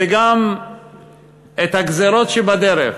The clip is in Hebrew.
וגם את הגזירות שבדרך.